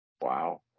Wow